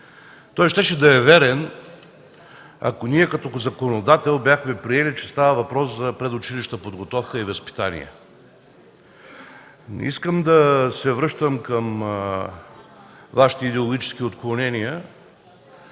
Той щеше да е верен, ако ние като законодател бяхме приели, че става въпрос за предучилищна подготовка и възпитание. Не искам да се връщам към Вашите идеологически отклонения.